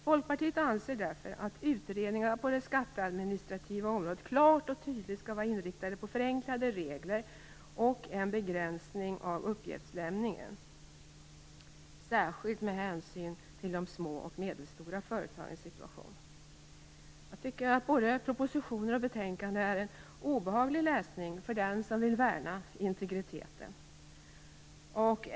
Folkpartiet anser därför att utredningar på det skatteadministrativa området klart och tydligt ska vara inriktade på förenklade regler och en begränsning av uppgiftsinlämningen, särskilt med hänsyn till de små och medelstora företagens situation. Jag tycker att både proposition och betänkande är obehaglig läsning för den som vill värna integriteten.